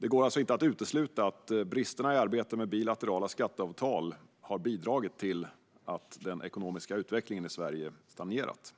Det går alltså inte att utesluta att bristerna i arbetet med bilaterala skatteavtal har bidragit till att den ekonomiska utvecklingen i Sverige har stagnerat.